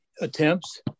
attempts